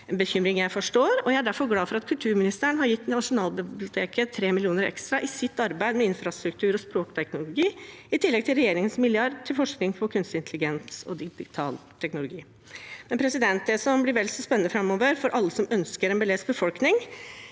en bekymring jeg forstår, og jeg er derfor glad for at kulturministeren har gitt Nasjonalbiblioteket 3 mill. kr ekstra til deres arbeid med infrastruktur og språkteknologi, i tillegg til regjeringens milliard til forskning på kunstig intelligens og digital teknologi. Det som blir vel så spennende framover for alle som ønsker en belest befolkning,